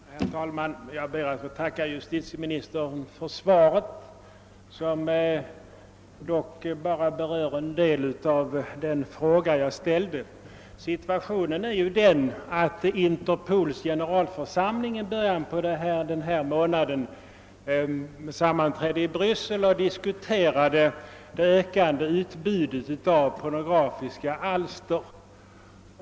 Herr talman! Jag ber att få tacka justitieministern för svaret, som dock bara berör en del av den fråga jag ställde. Situationen är ju den att Interpols generalförsamling i början av denna månad sammanträdde i Bryssel och diskuterade det ökande utbudet av pornografiska alster.